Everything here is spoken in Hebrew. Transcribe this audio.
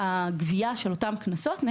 הגבייה של אותם קנסות היום,